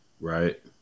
Right